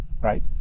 right